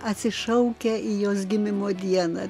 atsišaukia į jos gimimo dieną